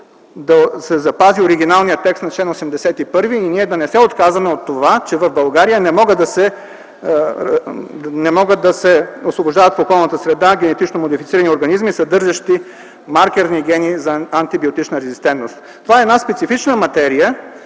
да се запази оригиналният текст на чл. 81 и ние да не се отказваме от това, че в България не могат да се освобождават в околната среда генетично модифицирани организми, съдържащи маркерни гени за антибиотична резистентност. Това е една специфична материя,